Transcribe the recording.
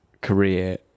career